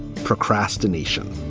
procrastination.